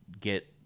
get